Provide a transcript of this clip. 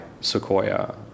Sequoia